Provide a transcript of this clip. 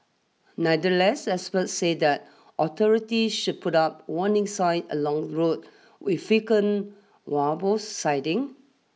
nevertheless experts said that authority should put up warning signs along roads with frequent wild boar siding